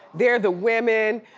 there are the women.